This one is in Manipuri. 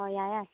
ꯍꯣꯏ ꯌꯥꯔꯦ ꯌꯥꯔꯦ